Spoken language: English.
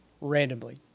randomly